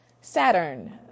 Saturn